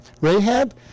Rahab